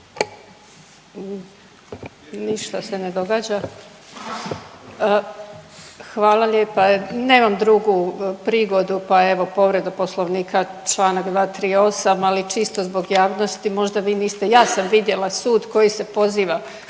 Ništa se ne događa. Hvala lijepa. Nemam drugu prigodu pa evo, povreda Poslovnika, čl. 238, ali čisto zbog javnosti, možda vi niste, ja sam vidjela sud koji se poziva